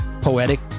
poetic